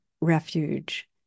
refuge